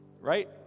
right